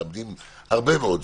מאבדים הרבה מאוד דברים.